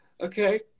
Okay